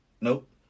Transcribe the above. Nope